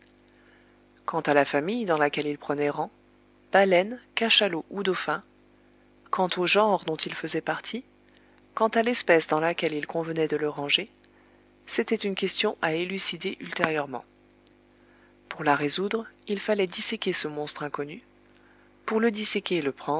quant à la famille dans laquelle il prenait rang baleine cachalot ou dauphin quant au genre dont il faisait partie quant à l'espèce dans laquelle il convenait de le ranger c'était une question à élucider ultérieurement pour la résoudre il fallait disséquer ce monstre inconnu pour le disséquer